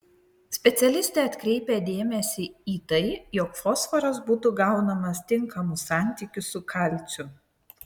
specialistė atkreipia dėmesį į tai jog fosforas būtų gaunamas tinkamu santykiu su kalciu